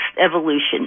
evolution